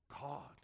God